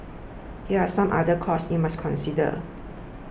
here are some other costs you must consider